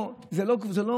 זה לא